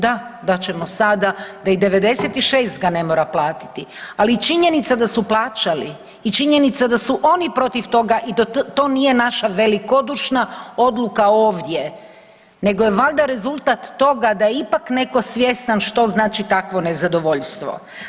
Da, dat ćemo sada da i 96% ga ne mora platiti, ali činjenica da su plaćali i činjenica da su oni protiv toga i to nije naša velikodušna odluka ovdje, nego je valjda rezultat toga da je ipak netko svjestan što znači takvo nezadovoljstvo.